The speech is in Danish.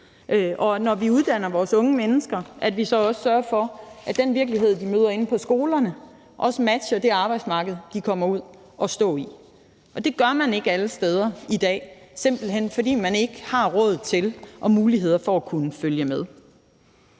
og når vi uddanner vores unge mennesker, skal vi også sørge for, at den virkelighed, de møder inde på skolerne, matcher det arbejdsmarkedet, de kommer ud at stå i. Det gør man ikke alle steder i dag, simpelt hen fordi man ikke har råd til og muligheder for at følge med.